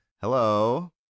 Hello